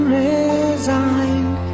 resigned